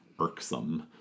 irksome